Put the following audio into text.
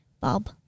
Bob